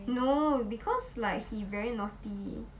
no because like he very naughty